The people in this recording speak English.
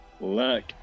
look